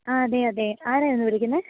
ആ അതെ അതെ ആരായിരുന്നു വിളിക്കുന്നത്